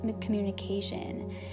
communication